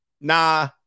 Nah